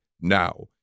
now